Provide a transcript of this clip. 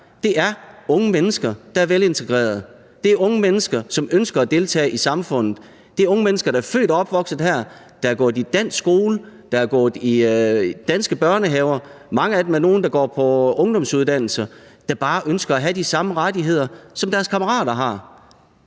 her, er unge mennesker, der er velintegrerede. Det er unge mennesker, som ønsker at deltage i samfundet. Det er unge mennesker, der er født og opvokset her, der har gået i dansk skole, der har gået i danske børnehaver; mange af dem er nogle, der går på ungdomsuddannelser, og som bare ønsker at have de samme rettigheder, som deres kammerater har.